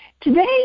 Today